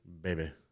Baby